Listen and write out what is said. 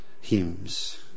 hymns